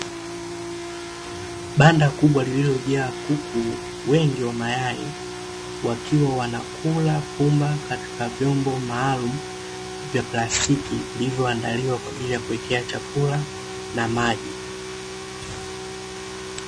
Banda kubwa lililojaa kuku wengi wa mayai, wakiwa wanakula pumba katika vyombo maalumu vya plastiki, vilivyoandaliwa kwaajili ya kuwekea chakula na maji.